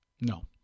no